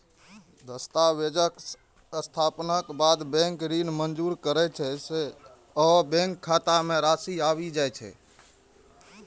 दस्तावेजक सत्यापनक बाद बैंक ऋण मंजूर करै छै आ बैंक खाता मे राशि आबि जाइ छै